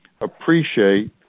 appreciate